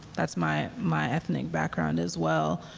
that's my my ethnic background as well.